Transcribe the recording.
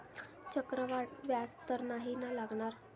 चक्रवाढ व्याज तर नाही ना लागणार?